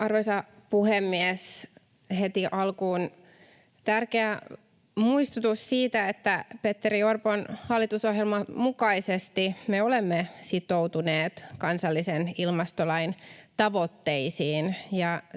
Arvoisa puhemies! Heti alkuun tärkeä muistutus siitä, että Petteri Orpon hallitusohjelman mukaisesti me olemme sitoutuneet kansallisen ilmastolain tavoitteisiin,